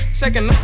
second